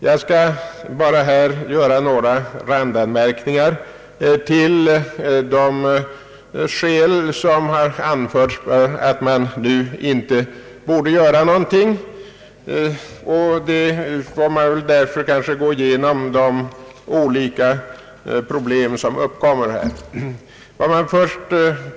Jag skall bara här göra några randanmärkningar till de skäl som har anförts för att man nu inte borde göra någonting och får därför kanske gå igenom de olika problem som uppkommer här.